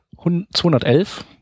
211